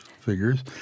figures